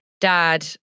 dad